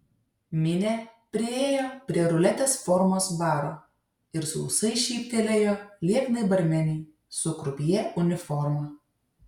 minė priėjo prie ruletės formos baro ir sausai šyptelėjo lieknai barmenei su krupjė uniforma